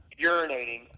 urinating